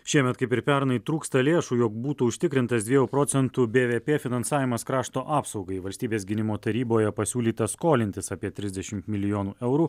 šiemet kaip ir pernai trūksta lėšų jog būtų užtikrintas dviejų procentų bvp finansavimas krašto apsaugai valstybės gynimo taryboje pasiūlyta skolintis apie trisdešimt milijonų eurų